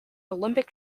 olympic